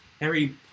Harry